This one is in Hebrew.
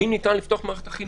האם ניתן לפתוח את מערכת החינוך?